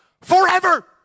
forever